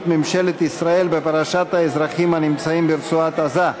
ממשלת ישראל בפרשת האזרחים הנמצאים ברצועת-עזה: